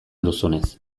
duzunez